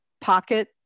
pocket